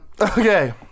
Okay